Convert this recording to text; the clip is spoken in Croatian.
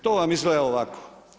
To vam izgleda ovako.